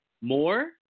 More